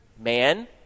man